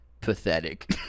pathetic